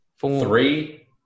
three